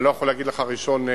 אני לא יכול להגיד לך 1 באוגוסט,